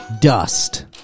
Dust